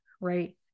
right